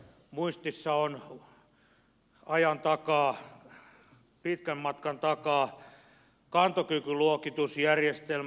muistissa on ajan takaa pitkän matkan takaa kantokykyluokitusjärjestelmä